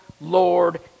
Lord